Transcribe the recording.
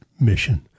mission